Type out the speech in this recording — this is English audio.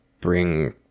bring